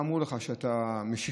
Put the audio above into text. מה אמרו עליך, שאתה משיחי?